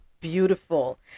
beautiful